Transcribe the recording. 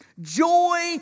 Joy